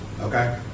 Okay